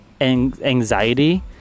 anxiety